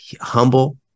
humble